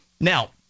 Now